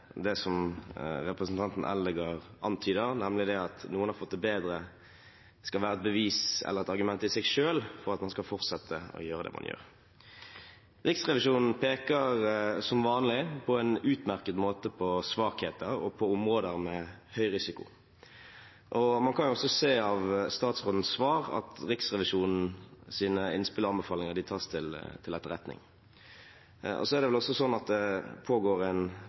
det som representanten Eldegard antyder, nemlig at det at noen har fått det bedre, skal være et bevis eller et argument i seg selv for at man skal fortsette å gjøre det man gjør. Riksrevisjonen peker, som vanlig, på en utmerket måte på svakheter og på områder med høy risiko. Man kan også se av statsrådens svar at Riksrevisjonens innspill og anbefalinger tas til etterretning. Det er vel også slik at det pågår en